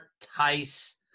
Tice